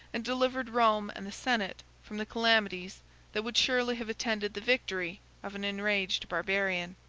and delivered rome and the senate from the calamities that would surely have attended the victory of an enraged barbarian.